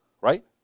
right